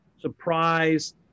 surprise